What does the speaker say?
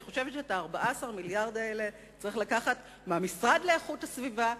אני חושבת שאת ה-14 מיליארד האלה צריך לקחת מהמשרד לאיכות הסביבה,